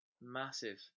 massive